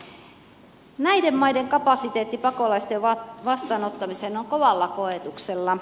näiden maiden kapasiteetti pakolaisten vastaanottamiseen on kovalla koetuksella